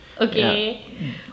Okay